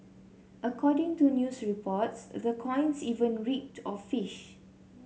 according to news reports the coins even reeked of fish